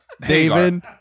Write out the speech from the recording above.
David